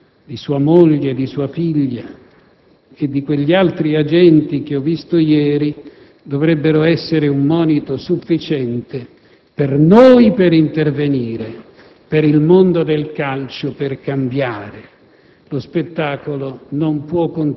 Credo che l'immagine di quell'ispettore, di sua moglie, di sua figlia e di quegli altri agenti che ho visto ieri dovrebbe essere un monito sufficiente per noi per intervenire